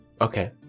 Okay